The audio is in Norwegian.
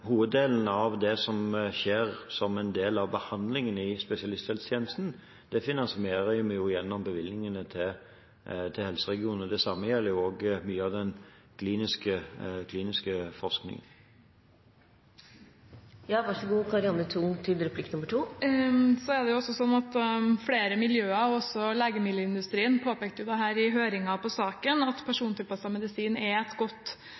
Hoveddelen av det som skjer som en del av behandlingen i spesialisthelsetjenesten, finansierer vi jo gjennom bevilgningene til helseregionen, og det samme gjelder også mye av den kliniske forskning. Flere miljøer, også legemiddelindustrien, påpekte i høringen om saken at persontilpasset medisin er et område der vi i Norge har et stort fortrinn for å satse på en utvikling av helseindustrien. Er statsråden enig i at persontilpasset medisin kan være et